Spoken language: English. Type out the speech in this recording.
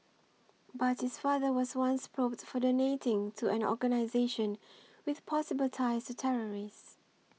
but his father was once probed for donating to an organisation with possible ties to terrorists